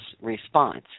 response